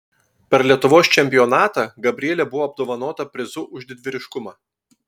per lietuvos čempionatą gabrielė buvo apdovanota prizu už didvyriškumą